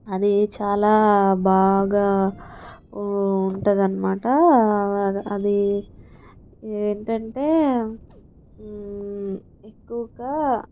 అది చాలా బాగా ఉంటుంది అన్నమాట అది ఏంటంటే ఎక్కువగా